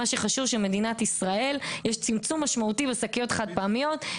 ומה שחשוב שבמדינת ישראל יש צמצום משמעותי בשקיות חד פעמיות.